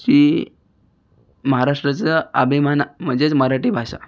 ची महाराष्ट्राचा अभिमान म्हणजेच मराठी भाषा